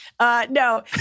No